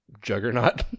Juggernaut